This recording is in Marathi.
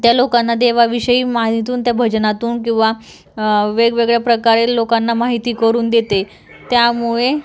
त्या लोकांना देवाविषयी माहितून भजनातून किंवा वेगवेगळ्या प्रकारे लोकांना माहिती करून देते त्यामुळे